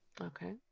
Okay